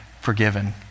forgiven